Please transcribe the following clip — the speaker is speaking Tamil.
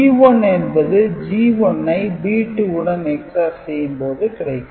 B1 என்பது G1 ஐ B2 உடன் XOR செய்யும் போது கிடைக்கும்